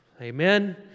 Amen